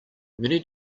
many